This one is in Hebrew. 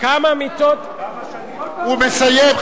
כל פעם מוסיפים.